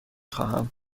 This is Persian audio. خواهم